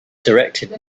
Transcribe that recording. directed